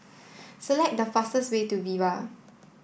select the fastest way to Viva